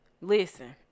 Listen